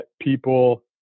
people